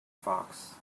fox